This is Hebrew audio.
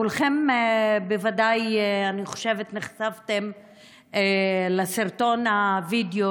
אני חושבת שכולכם בוודאי נחשפתם לסרטון הווידיאו